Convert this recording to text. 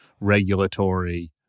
regulatory